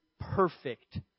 perfect